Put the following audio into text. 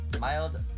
Mild